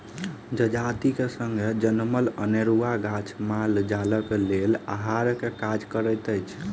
जजातिक संग जनमल अनेरूआ गाछ माल जालक लेल आहारक काज करैत अछि